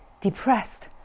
depressed